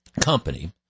company